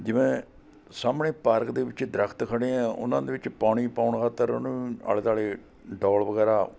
ਜਿਵੇਂ ਸਾਹਮਣੇ ਪਾਰਕ ਦੇ ਵਿੱਚ ਦਰੱਖਤ ਖੜ੍ਹੇ ਹੈ ਉਹਨਾਂ ਦੇ ਵਿੱਚ ਪਾਣੀ ਪਾਉਣ ਖਾਤਰ ਉਹਨੂੰ ਆਲ਼ੇ ਦੁਆਲ਼ੇ ਡੋਲ਼ ਵਗੈਰਾ